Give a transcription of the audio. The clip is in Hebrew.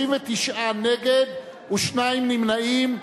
39 נגד ושניים נמנעים.